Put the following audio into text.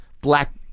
black